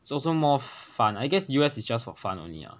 it's also more fun I guess U_S is just for fun only lah